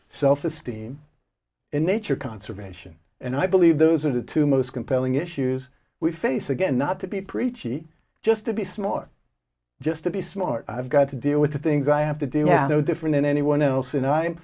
self esteem and nature conservation and i believe those are the two most compelling issues we face again not to be preachy just to be smart just to be smart i've got to deal with the things i have to do no different than anyone else